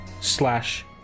Slash